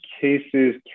cases